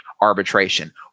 arbitration